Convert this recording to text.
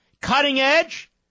cutting-edge